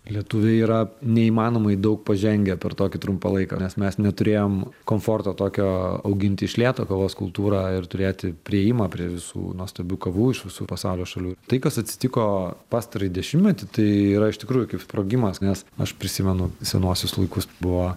lietuvių yra neįmanomai daug pažengę per tokį trumpą laiką nes mes neturėjome komforto tokio auginti iš lėto kavos kultūra ir turėti priėjimą prie visų nuostabių kavų iš visų pasaulio šalių tai kas atsitiko pastarąjį dešimtmetį tai yra iš tikrųjų sprogimas nes aš prisimenu senuosius laikus buvo